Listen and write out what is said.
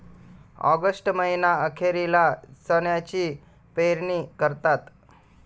August महीना अखेरीला चण्याची पेरणी करतात